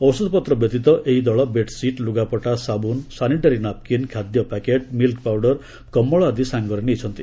ଔଷଧପତ୍ର ବ୍ୟତିତ ଏହି ଦଳ ବେଡ୍ସିଟ୍ ଲୁଗାପଟା ସାବୁନ ସାନିଟାରୀ ନାପକିନ ଖାଦ୍ୟପ୍ୟାକେଟ୍ ମିଲ୍କ ପାଉଡର କମ୍ବଳ ଆଦି ସାଙ୍ଗରେ ନେଇଛନ୍ତି